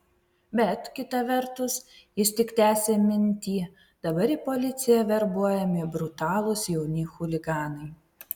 bet kita vertus jis tik tęsė mintį dabar į policiją verbuojami brutalūs jauni chuliganai